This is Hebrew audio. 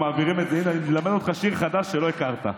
הינה, אני אלמד אותך שיר חדש שלא הכרת.